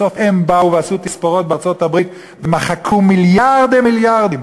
בסוף הם באו ועשו תספורות בארצות-הברית ומחקו מיליארדים מיליארדים,